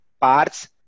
parts